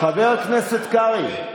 חבר הכנסת קרעי,